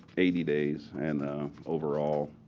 eighty days. and overall,